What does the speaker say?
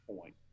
point